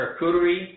charcuterie